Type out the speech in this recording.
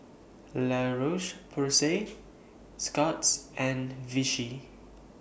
La Roche Porsay Scott's and Vichy